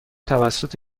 توسط